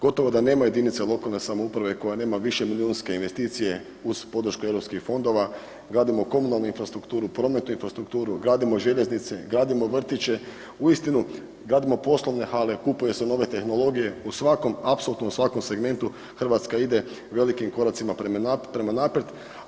Gotovo da nema jedinice lokalne samouprave koja nema višemilijunske investicije uz podršku Europski fondova, gradimo komunalnu infrastrukturu, prometnu infrastrukturu, gradimo željeznice, gradimo vrtiće, uistinu gradimo poslovne hale, kupuju se nove tehnologije u svakom, apsolutno u svakom segmentu Hrvatska ide velikim koracima prema naprijed.